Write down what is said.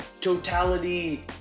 totality